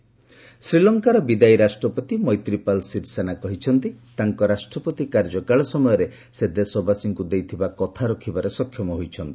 SL president ଶ୍ରୀଲଙ୍କାର ବିଦାୟୀ ରାଷ୍ଟ୍ରପତି ମୈତ୍ରିପାଲ ଶିରିସେନା କହିଛନ୍ତି ତାଙ୍କ ରାଷ୍ଟ୍ରପତି କାର୍ଯ୍ୟକାଳ ସମୟରେ ସେ ଦେଶବାସୀଙ୍କୁ ଦେଇଥିବା କଥା ରଖିବାରେ ସକ୍ଷମ ହୋଇଛନ୍ତି